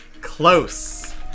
Close